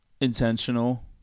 intentional